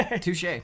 Touche